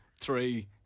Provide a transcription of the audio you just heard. Three